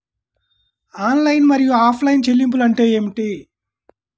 Online మరియు offline చెల్లింపులు అంటే ఏమిటి?